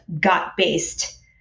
gut-based